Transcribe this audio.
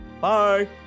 Bye